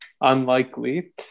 unlikely